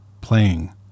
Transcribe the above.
playing